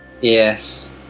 Yes